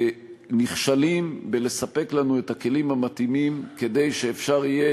ונכשלים בלספק לנו את הכלים המתאימים כדי שאפשר יהיה